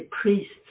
priests